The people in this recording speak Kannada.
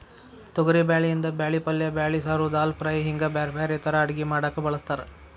ತೊಗರಿಬ್ಯಾಳಿಯಿಂದ ಬ್ಯಾಳಿ ಪಲ್ಲೆ ಬ್ಯಾಳಿ ಸಾರು, ದಾಲ್ ಫ್ರೈ, ಹಿಂಗ್ ಬ್ಯಾರ್ಬ್ಯಾರೇ ತರಾ ಅಡಗಿ ಮಾಡಾಕ ಬಳಸ್ತಾರ